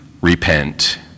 repent